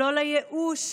לא לייאוש,